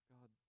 God